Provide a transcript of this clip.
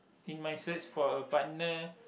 in my search for a partner